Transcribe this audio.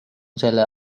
selle